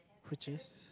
which is